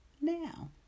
now